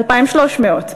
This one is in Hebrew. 2,300,